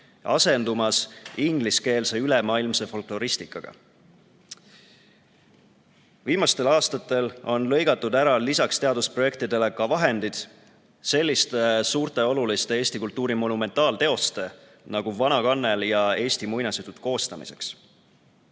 asendumas ingliskeelse ülemaailmse folkloristikaga. Viimastel aastatel on ära lõigatud lisaks teadusprojektidele ka vahendid selliste suurte oluliste eesti kultuuri monumentaalteoste nagu "Vana kannel" ja "Eesti muinasjutud" koostamiseks.